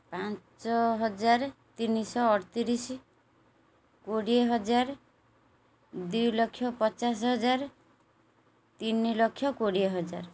ପାଞ୍ଚ ହଜାର ତିନିଶହ ଅଠତିରିଶି କୋଡ଼ିଏ ହଜାର ଦୁଇ ଲକ୍ଷ ପଚାଶ ହଜାର ତିନି ଲକ୍ଷ କୋଡ଼ିଏ ହଜାର